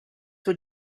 were